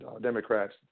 Democrats